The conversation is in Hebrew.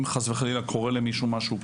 אם חס וחלילה קורה למישהו משהו,